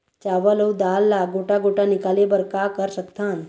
चावल अऊ दाल ला गोटा गोटा निकाले बर का कर सकथन?